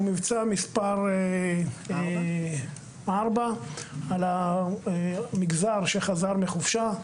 הוא מבצע מספר 4 על המגזר שחזר מחופשה.